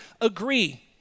agree